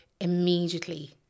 immediately